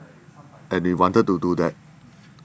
and we wanted to do that